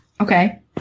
Okay